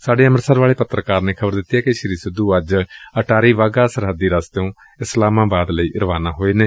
ਸਾਡੇ ਅੰਮ੍ਰਿਤਸਰ ਵਾਲੇ ਪੱਤਰਕਾਰ ਨੇ ਖ਼ਬਰ ਦਿੱਤੀ ਏ ਕਿ ਸ੍ਰੀ ਸਿੱਧੁ ਅੱਜ ਅਟਾਰੀ ਵਾਹਗਾ ਸਰਹੱਦੀ ਰਸਤਿਓਂ ਇਸਲਾਮਾਬਾਦ ਲਈ ਰਵਾਨਾ ਹੋਏ ਨੇ